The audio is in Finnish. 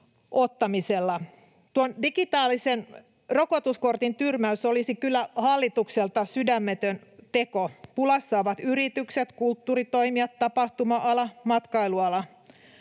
käyttöönottamisella. Tuon digitaalisen rokotuskortin tyrmäys olisi kyllä hallitukselta sydämetön teko. Pulassa ovat yritykset, kulttuuritoimijat, tapahtuma-ala, matkailuala.